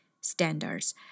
standards